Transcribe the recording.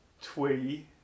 twee